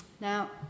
Now